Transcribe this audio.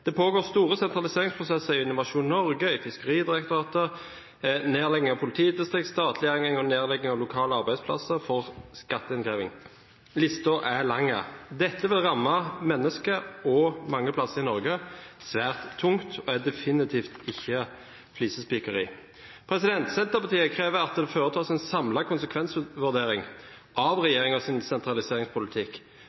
Det pågår store sentraliseringsprosesser i Innovasjon Norge og i Fiskeridirektoratet, nedlegging av politidistrikt og statliggjøring og nedlegging av lokale arbeidsplasser for skatteinnkreving. Listen er lang. Dette vil ramme mennesker mange steder i Norge svært tungt og er definitivt ikke flisespikkeri. Senterpartiet krever at det foretas en samlet konsekvensvurdering av regjeringens sentraliseringspolitikk. Da vil både vi og innbyggerne få et samlet bilde av